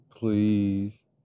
please